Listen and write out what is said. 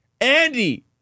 Andy